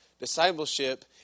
Discipleship